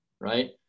right